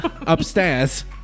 Upstairs